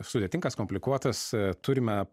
sudėtingas komplikuotas turime